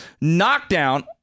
Knockdown